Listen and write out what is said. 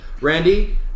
Randy